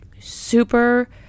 super